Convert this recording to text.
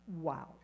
wow